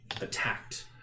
attacked